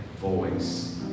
voice